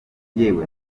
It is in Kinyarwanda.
yewe